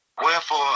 Wherefore